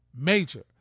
Major